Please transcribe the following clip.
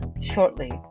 shortly